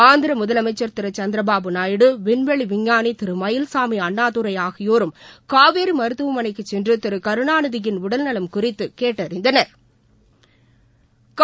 ஆந்திரமுதலமைச்சர் திருசந்திரபாபு நாயுடு விண்வெளிவிஞ்ஞானிதிருமயில்சாமிஅண்ணாதுரை ஆகியோரும் காவேரிமருத்துவமனைசென்றுதிருகருணாநிதியின் உடல்நவம் குறித்துகேட்டறிந்தனா்